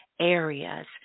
areas